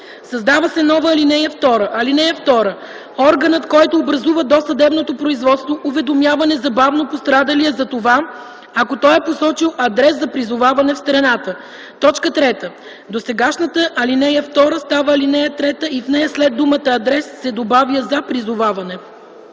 Създава се нова ал. 2: „(2) Органът, който образува досъдебното производство, уведомява незабавно пострадалия за това, ако той е посочил адрес за призоваване в страната.” 3. Досегашната ал. 2 става ал. 3 и в нея след думата „адрес” се добавя „за призоваване”.”